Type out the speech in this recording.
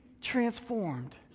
transformed